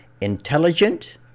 intelligent